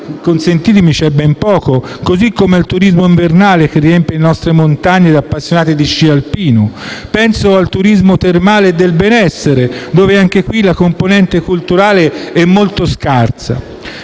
consentitemi di dirlo - c'è ben poco, così come al turismo invernale che riempie le nostre montagne di appassionati di sci alpino; pensiamo al turismo termale e del benessere, dove, anche in questo caso, la componente culturale è molto scarsa.